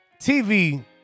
TV